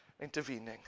intervening